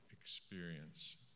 experience